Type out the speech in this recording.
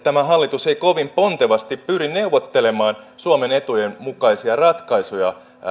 tämä hallitus ei kovin pontevasti pyri neuvottelemaan suomen etujen mukaisia ratkaisuja